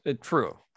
true